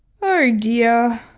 oh dear.